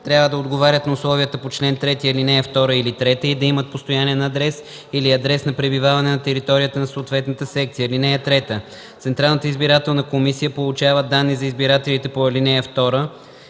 трябва да отговарят на условията по чл. 3, ал. 2 или 3 и да имат постоянен адрес или адрес на пребиваване на територията на съответната секция. (3) Централната избирателна комисия получава данни за избирателите по ал. 2,